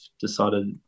decided